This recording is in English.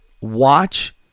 watch